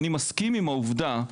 אני מסכים עם העובדה,